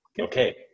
Okay